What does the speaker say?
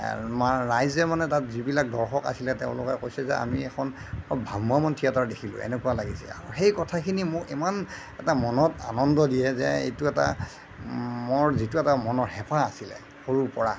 আমাৰ ৰাইজে মানে তাত যিবিলাক দৰ্শক আছিলে তেওঁলোকে কৈছে যে আমি এখন ভ্ৰাম্যমাণ থিয়েটাৰ দেখিলোঁ এনেকুৱা লাগিছে আৰু সেই কথাখিনিয়ে মোক ইমান এটা মনত আনন্দ দিয়ে যে এইটো এটা মোৰ যিটো এটা মনৰ হেঁপাহ আছিলে সৰুৰ পৰা